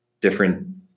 different